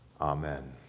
Amen